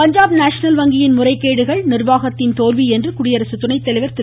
Punjab national வங்கியின் முறைகேடுகள் நிர்வாகத்தின் தோல்வி என்று குடியரசு துணைத்தலைவர் திரு